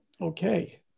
Okay